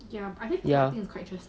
ya